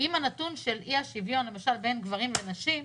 בנתון של אי-השוויון, למשל בין גברים לנשים,